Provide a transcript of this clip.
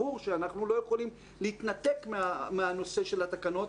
ברור שאנחנו לא יכולים להתנתק מהנושא של התקנות,